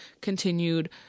continued